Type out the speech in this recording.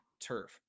turf